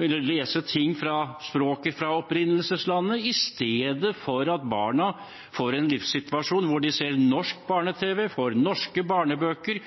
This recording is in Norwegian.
og lese på språket fra opprinnelseslandet i stedet for at barna får en livssituasjon hvor de ser norsk barne-tv, leser norske barnebøker